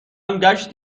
ﮔﺸﺘﯿﻢ